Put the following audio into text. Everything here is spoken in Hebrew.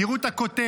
תראו את הכותרת: